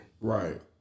Right